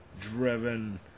driven